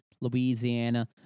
Louisiana